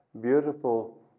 beautiful